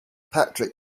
patrick